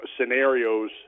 scenarios